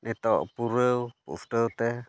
ᱱᱤᱛᱚᱜ ᱯᱩᱨᱟᱹᱣ ᱯᱩᱥᱴᱟᱹᱣᱛᱮ